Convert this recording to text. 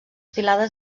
filades